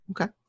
Okay